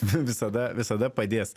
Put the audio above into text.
visada visada padės